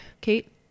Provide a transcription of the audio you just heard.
Kate